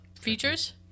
features